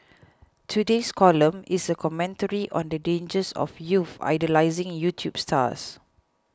today's column is a commentary on the dangers of youths idolising YouTube stars